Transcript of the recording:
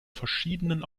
verschiedenen